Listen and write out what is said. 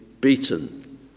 beaten